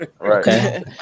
Okay